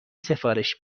سفارش